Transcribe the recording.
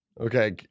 Okay